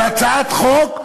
על הצעת חוק